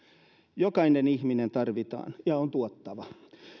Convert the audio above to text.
jokainen ihminen tarvitaan ja on tuottava